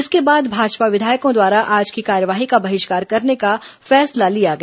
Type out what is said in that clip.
इसके बाद भाजपा विधायकों द्वारा आज की कार्यवाही का बहिष्कार करने का फैसला लिया गया